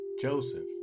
Joseph